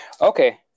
Okay